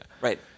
Right